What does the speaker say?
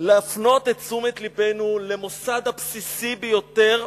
להפנות את תשומת לבנו למוסד הבסיסי ביותר,